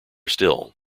still